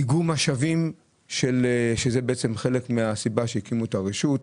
איגום משאבים שזה בעצם חלק מהסיבה שהקימו את הרשות,